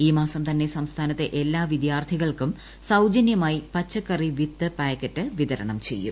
ഈ മാസം തന്നെ സംസ്ഥാനത്തെ എല്ലാ വിദ്യാർത്ഥികൾക്കും സൌജനൃമായി പച്ചക്കറി വിത്ത് പായ്ക്കറ്റ് വിതരണം ചെയ്യും